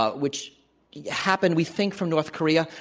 ah which happen, we think, from north korea.